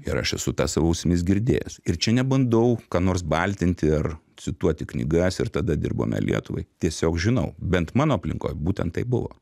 ir aš esu tą savo ausimis girdėjęs ir čia nebandau ką nors baltinti ar cituoti knygas ir tada dirbome lietuvai tiesiog žinau bent mano aplinkoj būtent taip buvo